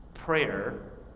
Prayer